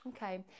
Okay